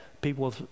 People